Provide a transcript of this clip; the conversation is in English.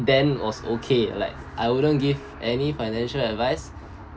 then was okay like I wouldn't give any financial advice